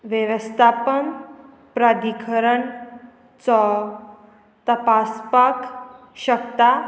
वेवस्थापन प्राधिकरण चो तपासपाक शकता